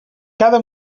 cada